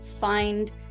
find